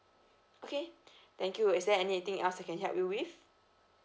okay thank you is there any anything else I can help you with